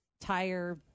tire